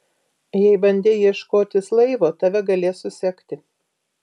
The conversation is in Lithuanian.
jei bandei ieškotis laivo tave galės susekti